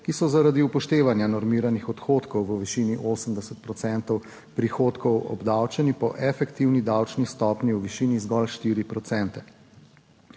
ki so zaradi upoštevanja normiranih odhodkov v višini 80 procentov prihodkov obdavčeni po efektivni davčni stopnji v višini zgolj 4